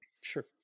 sure